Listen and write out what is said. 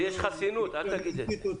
לי יש חסינות, אל תגיד את זה.